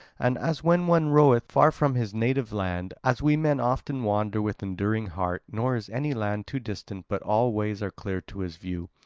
and as when one roveth far from his native land, as we men often wander with enduring heart, nor is any land too distant but all ways are clear to his view,